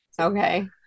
Okay